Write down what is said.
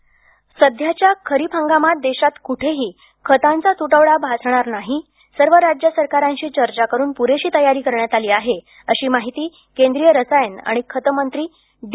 खरीप सध्याच्या खरीप हंगामात देशात कुठेही खतांचा तुटवडा भासणार नाही सर्व राज्य सरकारांशी चर्चा करून पुरेशी तयारी करण्यात आली आहे अशी माहिती केंद्रीय रसायनं आणि खत मंत्री डी